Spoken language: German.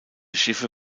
schiffe